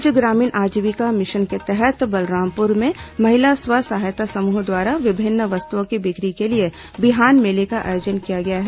राज्य ग्रामीण आजीविका मिशन के तहत बलरामपुर में महिला स्व सहायता समूह द्वारा विभिन्न वस्तुओं की बिक्री के लिए बिहान मेले का आयोजन किया गया है